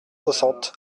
soixante